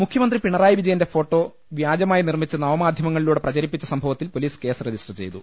മുഖ്യമന്ത്രി പിണറായി വിജയന്റെ ഫോട്ടോ വ്യാജമായി നിർമ്മിച്ച് നവമാധ്യമങ്ങളിലൂടെ പ്രചരിപ്പിച്ച സംഭവത്തിൽ പൊലീസ് കേസ് രജിസ്റ്റർ ചെയ്തു